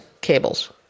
cables